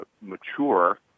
mature